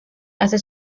hace